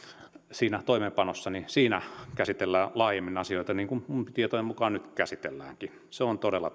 siinä toimeenpanossa käsitellään laajemmin asioita niin kuin minun tietojeni mukaan nyt käsitelläänkin se on todella